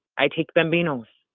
i take bambinos.